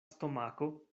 stomako